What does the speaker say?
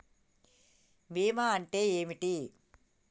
బీమా అంటే ఏమిటి?